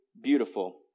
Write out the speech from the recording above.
beautiful